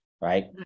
right